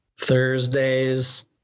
Thursdays